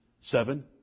Seven